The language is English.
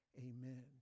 amen